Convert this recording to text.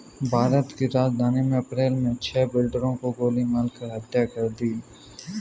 भारत की राजधानी में अप्रैल मे छह बिल्डरों की गोली मारकर हत्या कर दी है